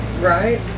Right